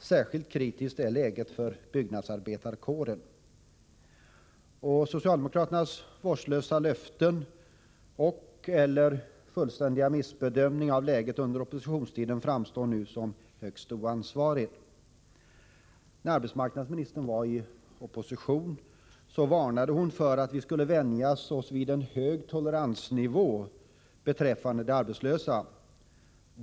Speciellt kritiskt är läget för byggnadsarbetarkåren. Socialdemokraternas vårdslösa löften och/eller fullständiga missbedömningar av läget under oppositionstiden framstår nu som högst oansvariga. När arbetsmarknadsministern var i opposition varnade hon för att vi skulle vänja oss vid en hög toleransnivå beträffande antalet arbetslösa.